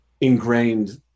ingrained